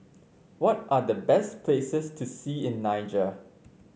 what are the best places to see in Niger